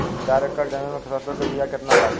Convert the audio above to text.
चार एकड़ जमीन में सरसों के बीया कितना लागी?